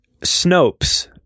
Snopes